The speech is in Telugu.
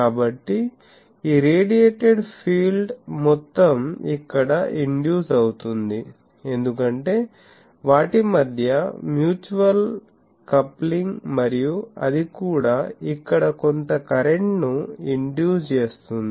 కాబట్టి ఈ రేడియేటెడ్ ఫీల్డ్ మొత్తం ఇక్కడ ఇండ్యూస్ అవుతుంది ఎందుకంటే వాటి మధ్య మ్యూచువల్ కప్లింగ్ మరియు అది కూడా ఇక్కడ కొంత కరెంట్ ని ఇండ్యూస్ చేస్తుంది